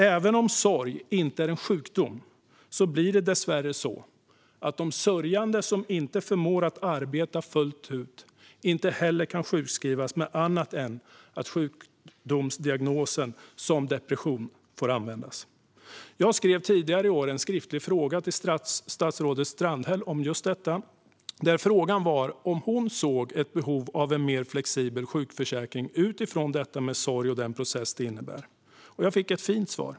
Även om sorg inte är en sjukdom blir det dessvärre så att den sörjande som inte förmår att arbeta fullt ut inte heller kan sjukskrivas med annat än en sjukdomsdiagnos som depression. Jag ställde tidigare i år en skriftlig fråga till statsrådet Strandhäll just om hon såg ett behov av en mer flexibel sjukförsäkring utifrån sorg och den process som sorg innebär. Jag fick ett fint svar.